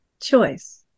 choice